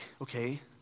okay